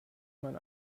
man